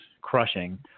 crushing